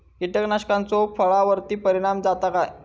कीटकनाशकाचो फळावर्ती परिणाम जाता काय?